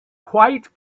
quite